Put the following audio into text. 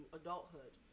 adulthood